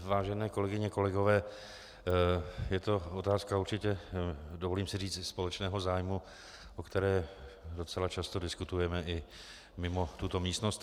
Vážené kolegyně, kolegové, je to otázka určitě, dovolím si říct, i společného zájmu, o které docela často diskutujeme i mimo tuto místnost.